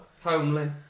Homely